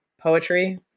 poetry